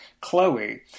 Chloe